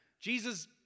Jesus